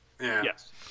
Yes